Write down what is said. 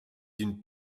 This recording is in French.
d’une